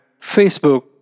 Facebook